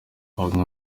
bamwe